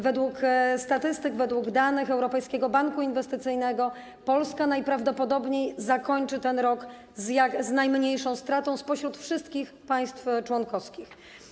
Według statystyk, według danych Europejskiego Banku Inwestycyjnego Polska najprawdopodobniej zakończy ten rok z najmniejszą stratą spośród wszystkich państw członkowskich.